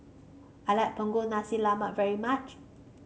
I like Punggol Nasi Lemak very much